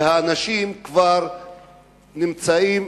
והאנשים כבר נמצאים,